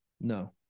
No